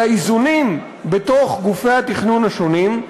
על האיזונים בין גופי התכנון השונים,